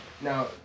Now